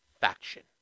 faction